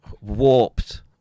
warped